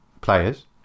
players